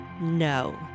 no